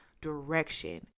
direction